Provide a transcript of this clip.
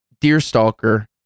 Deerstalker